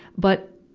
but,